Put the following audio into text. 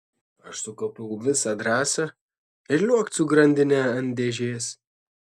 aš sukaupiau visą drąsą ir liuokt su grandine ant dėžės